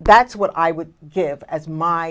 that's what i would give as my